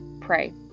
pray